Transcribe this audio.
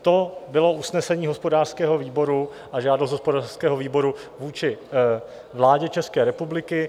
To bylo usnesení hospodářského výboru a žádost hospodářského výboru vůči vládě České republiky.